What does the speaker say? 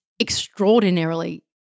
extraordinarily